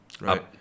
right